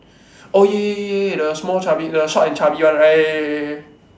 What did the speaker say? oh ya ya ya ya ya the small chubby the short and chubby one right